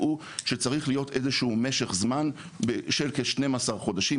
שקבעו שצריך להיות איזשהו משך זמן של כ-12 חודשים,